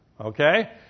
Okay